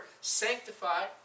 sanctified